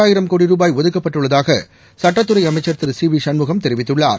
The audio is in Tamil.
ஆயிரம் கோடி ரூபாய் ஒதுக்கப்பட்டுள்ளதாக சட்டத்துறை அமைச்சர் திரு சிவி சண்முகம் தெரிவித்துள்ளார்